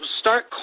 start